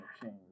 change